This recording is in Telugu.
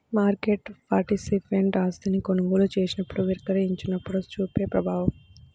మార్కెట్ పార్టిసిపెంట్ ఆస్తిని కొనుగోలు చేసినప్పుడు, విక్రయించినప్పుడు చూపే ప్రభావం